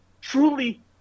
truly